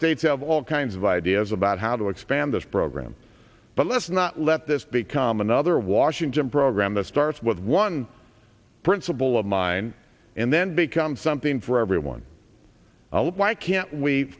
states have all kinds of ideas about how to expand this program but let's not let this become another washington program that starts with one principle of mine and then become something for everyone why can't we